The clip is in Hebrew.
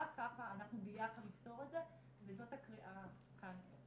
רק ככה אנחנו ביחד נפתור את זה וזאת הקריאה כאן.